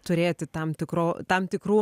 turėti tam tikro tam tikrų